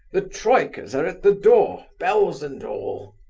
the troikas are at the door, bells and all.